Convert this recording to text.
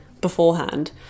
beforehand